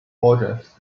organs